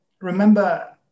remember